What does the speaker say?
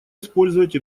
использовать